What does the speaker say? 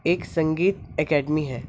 ایک سنگیت اکیڈمی ہے